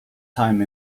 time